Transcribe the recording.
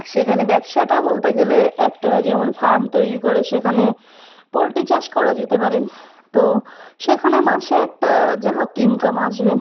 সেখানে ব্যবসাটা বলতে গেলে একটা যেমন ফার্ম তৈরি করে সেখানে পোলট্রি চাষ করা যেতে পারে তো সেখানে মাসে একটা যা হোক ইনকাম আসবে